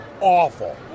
awful